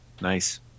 Nice